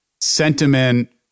sentiment